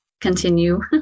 continue